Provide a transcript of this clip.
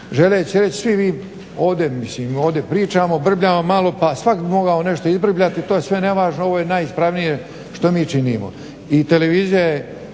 ovdje, mislim ovdje pričamo, brbljamo malo. Pa svak bi mogao nešto izbrbljati. To je sve nevažno. Ovo je najispravnije što mi činimo